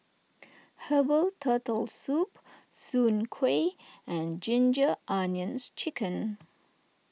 Herbal Turtle Soup Soon Kway and Ginger Onions Chicken